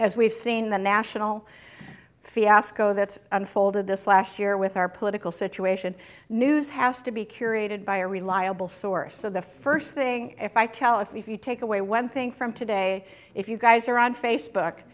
as we've seen the national fiasco that unfolded this last year with our political situation news has to be curated by a reliable source so the first thing if i tell if you take away one thing from today if you guys are on facebook